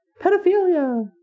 pedophilia